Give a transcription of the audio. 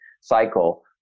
cycle